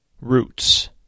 Roots